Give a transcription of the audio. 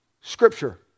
Scripture